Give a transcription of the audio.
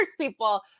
people